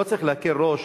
לא צריך להקל ראש.